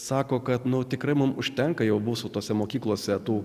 sako kad na tikrai mums užtenka jau mūsų tose mokyklose tų